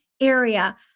area